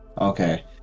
Okay